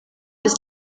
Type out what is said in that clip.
ist